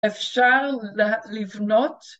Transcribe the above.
אפשר לה-לבנות